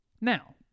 Now